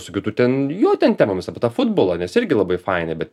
su kitu ten jo ten temomis apie tą futbolą nes irgi labai faina bet